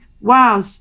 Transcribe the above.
wow